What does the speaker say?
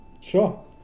Sure